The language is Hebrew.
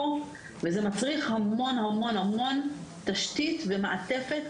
וזה מצריך המון המון המון תשתית ומעטפת,